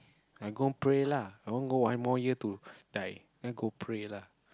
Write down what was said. I go and pray lah I want go one more year to die I go pray lah